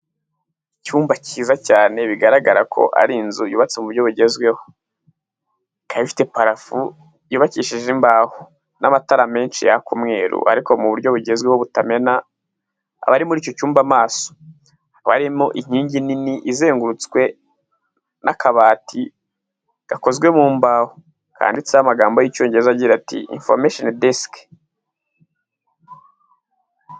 Icyumba kiza cyane bigaragara ko ari inzu yubatse mu buryo bugezweho, ikaba ifite parafo yubakishije imbaho n'amatara menshi yaka umweru ariko mu buryo bugezweho butamena abari muri icyo cyumba amaso, hakaba harimo inkingi nini izengurutswe n'akabati gakozwe mu mbaho kanditseho amagambo y'Icyongereza agira ati:'' Information Desk''.